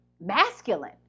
masculine